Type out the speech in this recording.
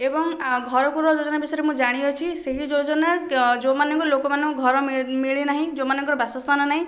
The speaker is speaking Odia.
ଏବଂ ଘରକରା ଯୋଜନା ବିଷୟରେ ମୁ ଜାଣିଅଛି ସେହି ଯୋଜନା ଯେଉଁମାନଙ୍କୁ ଲୋକମାନଙ୍କୁ ଘର ମିଳି ମିଳିନାହିଁ ଯେଉଁମାନଙ୍କର ବାସସ୍ଥାନ ନାହିଁ